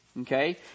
okay